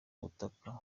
butaka